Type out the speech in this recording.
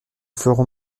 ferons